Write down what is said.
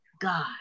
God